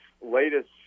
latest